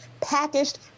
packaged